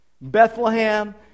Bethlehem